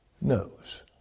knows